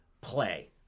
play